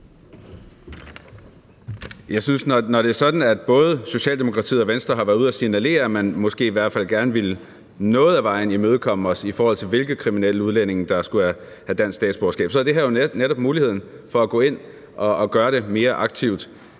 at det, når det er sådan, at både Socialdemokratiet og Venstre har været ude at signalere, at man måske i hvert fald gerne noget ad vejen vil imødekomme os, i forhold til hvilke kriminelle udlændinge der skulle have dansk statsborgerskab, så er muligheden her for at gå ind og gøre det mere aktivt.